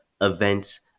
events